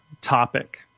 topic